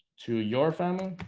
to your family